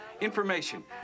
information